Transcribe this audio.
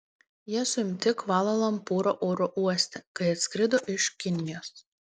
jie suimti kvala lumpūro oro uoste kai atskrido iš kinijos